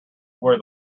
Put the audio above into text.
where